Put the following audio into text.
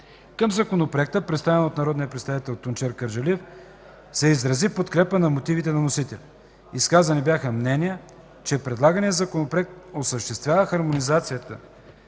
По Законопроекта, представен от народния представител Тунчер Кърджалиев, се изрази подкрепа на мотивите на вносителя. Изказани бяха мнения, че предлаганият Законопроект осъществява хармонизацията